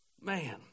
Man